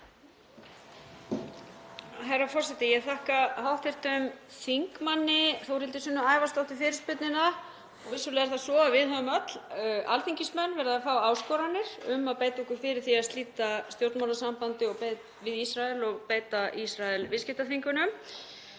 Herra forseti. Ég þakka hv. þm. Þórhildi Sunnu Ævarsdóttur fyrirspurnina. Vissulega er það svo að við höfum öll, alþingismenn, verið að fá áskoranir um að beita okkur fyrir því að slíta stjórnmálasambandi við Ísrael og beita Ísrael viðskiptaþvingunum.